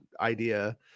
idea